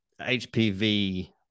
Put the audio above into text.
HPV